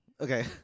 Okay